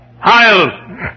Hiles